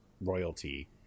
royalty